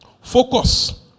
Focus